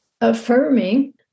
affirming